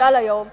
ומוטל היום,